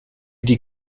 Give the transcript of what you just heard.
die